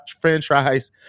franchise